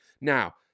now